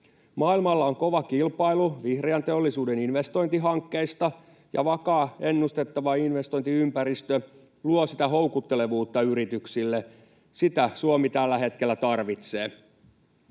Maailmalla on kova kilpailu vihreän teollisuuden investointihankkeista, ja vakaa, ennustettava investointiympäristö luo sitä houkuttelevuutta yrityksille — sitä Suomi tällä hetkellä tarvitsee.